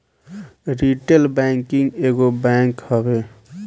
retail banking एगो bank हवे